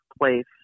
place